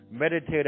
meditate